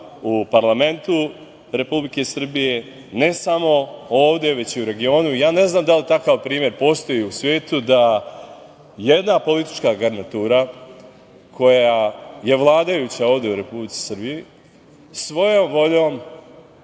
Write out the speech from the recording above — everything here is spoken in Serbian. u parlamentu Republike Srbije, ne samo ovde, veći i u regionu. Ja ne znam da li takav primer postoji u svetu da jedna politička garnitura, koja je vladajuća ovde u Republici Srbiji, svojom voljom,